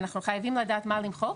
אנחנו חייבים לדעת מה למחוק